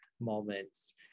moments